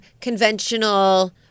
conventional